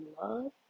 love